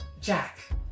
Jack